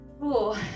cool